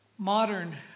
Modern